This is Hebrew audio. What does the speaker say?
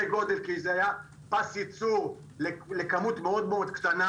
גודל כי זה היה פס ייצור לכמות מאוד-מאוד קטנה.